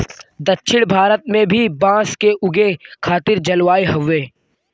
दक्षिण भारत में भी बांस के उगे खातिर जलवायु हउवे